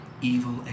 evil